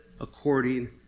According